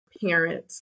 parents